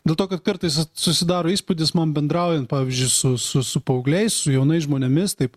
dėl to kad kartais susidaro įspūdis man bendraujant pavyzdžiui su su paaugliais su jaunais žmonėmis taip